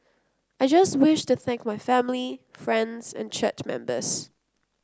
I just wish to thank my family friends and church members